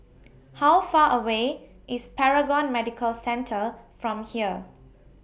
How Far away IS Paragon Medical Centre from here